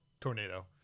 tornado